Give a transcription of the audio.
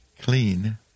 clean